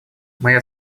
моя